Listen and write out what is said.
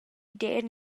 d’eiran